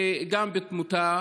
וגם בתמותה.